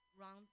round